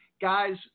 Guys